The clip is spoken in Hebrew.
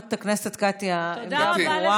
חברת הכנסת קטי, העמדה ברורה.